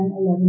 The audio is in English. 11